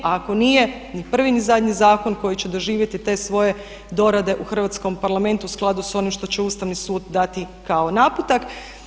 A ako nije, ni prvi ni zadnji zakon koji će doživjeti te svoje dorade u hrvatskom Parlamentu u skladu sa onim što će Ustavni sud dati kao naputak.